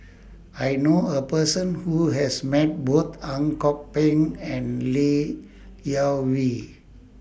I know A Person Who has Met Both Ang Kok Peng and Li Jiawei